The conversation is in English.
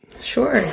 Sure